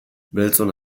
beltzon